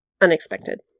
unexpected